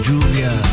Julia